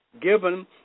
given